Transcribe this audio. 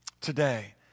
today